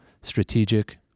strategic